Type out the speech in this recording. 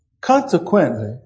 Consequently